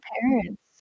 parents